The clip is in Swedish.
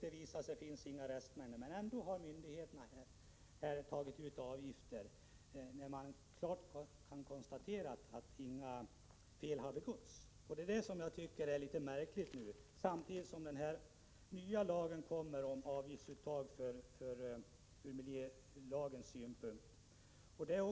Det visade sig också att det inte fanns några restmängder i provet. Ändå tog myndigheterna ut avgifter, trots att man klart kan konstatera att inga fel har begåtts. Det är det som jag tycker är anmärkningsvärt. Nu kommer alltså den nya lagen om avgiftsuttag för prövning och tillsyn enligt miljöskyddslagen.